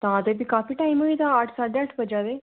तां ते फ्ही काफी टाइम होई दा अट्ठ साड्ढे अट्ठ बज्जै दे